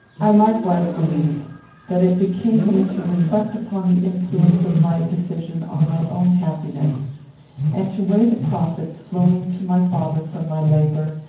i likewise believed that it became me to reflect upon the influence of my decision on my own happiness and to weigh the profits flowing to my father from my labour,